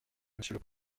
monsieur